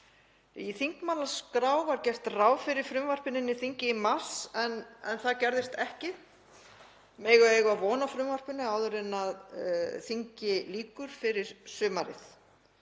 Í þingmálaskrá var gert ráð fyrir frumvarpinu inn í þingið í mars en það gerðist ekki. Megum við eiga von á frumvarpinu áður en þingi lýkur fyrir sumarið?